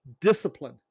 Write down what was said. discipline